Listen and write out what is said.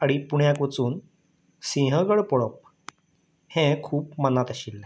आडी पुण्याक वचून सिंहगड पळोवप हें खूब मनांत आशिल्लें